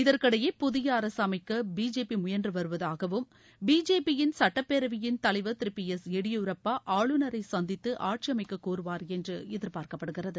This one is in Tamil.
இதற்கிடையே புதிய அரசு அமைக்க பிஜேபி முயன்று வருவதாகவும் பிஜேபியின் சுட்டப்பேரவையின் தலைவர் திரு பி எஸ் எடியூரப்பா ஆளுநரை சந்தித்து ஆட்சி அமைக்க கோருவார் என்று எதிர்பார்க்கப்படுகிறது